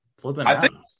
flipping